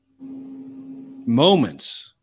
moments